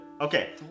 Okay